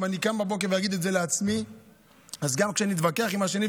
אם אני קם בבוקר ואגיד את זה לעצמי אז גם כשאני אתווכח עם השני,